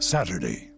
Saturday